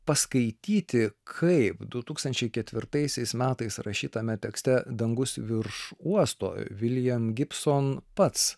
paskaityti kaip du tūkstančiai ketvirtaisiais metais rašytame tekste dangus virš uosto viljam gibson pats